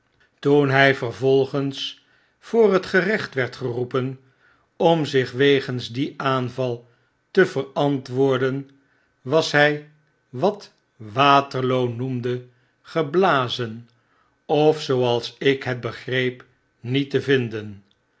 toen hy vervolgens voor het gerecht werd geroepen om zich wegens dien aanval te verantwoorden was hy wat waterloo noenade greblazen of zooals ik het begreep niet te vinden